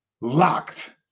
locked